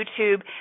YouTube